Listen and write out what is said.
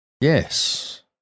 Yes